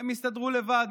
הם יסתדרו לבד.